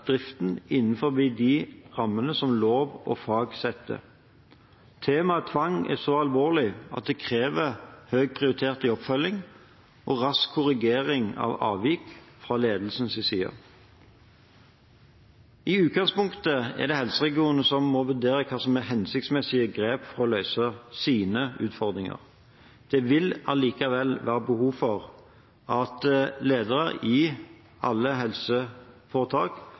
driften innenfor de rammene som lov og fag setter. Temaet tvang er så alvorlig at det krever høy prioritet i oppfølging og rask korrigering av avvik fra ledelsens side. I utgangspunktet er det helseregionene som må vurdere hva som er hensiktsmessige grep for å løse de utfordringene de har. Det vil likevel være behov for at lederne i alle